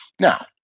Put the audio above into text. Now